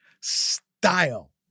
Style